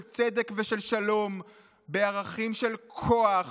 של צדק ושל שלום בערכים של כוח,